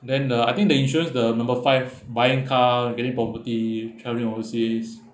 then uh I think the insurance uh number five buying car getting property travelling overseas